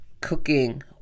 cooking